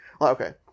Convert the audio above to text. Okay